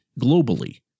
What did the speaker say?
globally